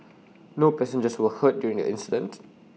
no passengers were hurt during the incident